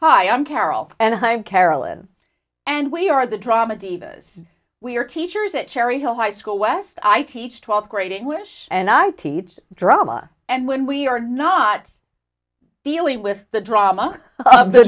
hi i'm carol and hi carolyn and we are the drama divas we are teachers at cherry hill high school west i teach twelfth grade english and i teach drama and when we are not dealing with the drama of the